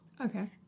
okay